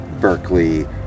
Berkeley